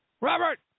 Robert